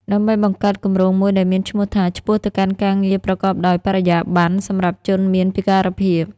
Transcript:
ដើម្បីបង្កើតគម្រោងមួយដែលមានឈ្មោះថា "ឆ្ពោះទៅកាន់ការងារប្រកបដោយបរិយាប័ន្នសម្រាប់ជនមានពិការភាព"។